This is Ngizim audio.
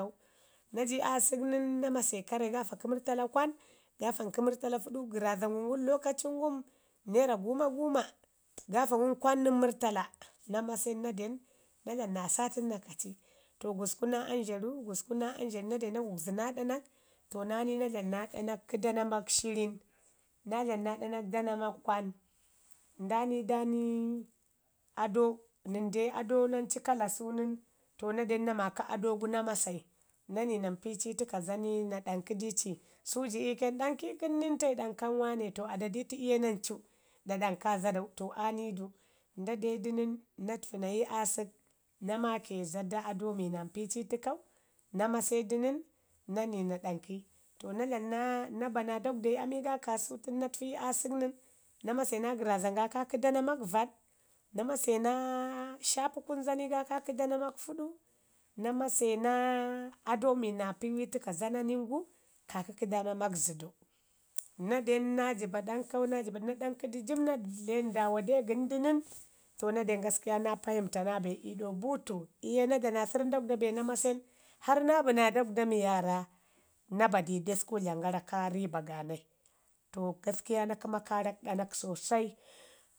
Na ji aasək nən na mase karre gaafa kə murrtala kwan, gaafan kə murrtala fuɗu, gərrazan ngum lokacin ngum nerra guuma guuma gaafan ngum kwan nən murrtala, na masen na den na dlamu na saatin na kaci. To gusku naa anzharu, gusku naa anzharu, na de na gugzu naa ɗanak, nani na dlamu naa ɗanak ka dananak shirin, na dlama naa ɗanak kə danamak kwan, nda ni da ni ado nən de ado nancu kala su nən to na den na maaki ado gu na masai na ni na mpi du ii təka zani na ɗanki dii ci. Su ji ikan, ɗanki kəm nən tai? ɗanka nən wane, to ada di tu iyu ke nancu nda danka zadau. To ani du, nda de du nən na təfi na yi aasək na masai ado mi na mpi ci ii təkau, na mase du nən na ni na ɗauki. To na dlamna na ba naa dagwda ii ami ga kaasu tən na təfi kun aasɗk nən na mase naa gərrazan ga ka kə da namak vaɗ, na maz na shafi kunu zani ga ka kə danamak fuɗu, na mase naa ado mi naa mpi ii təka zananin gu kə dana mak zədu. Na den na jiba ɗankau na jiba naɗauki du jib, ndaawa de gən du nən, to na den gaskiya na payinta naa be ii ɗau buutu iyu ye na ba na sərrən dagwda be na masen, harr na bi naa dagwda mi waarra na ba di dəskun da dlamən gara ka riba ganai. To gaskiya na kəma karak ɗanak sosai